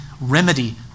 remedy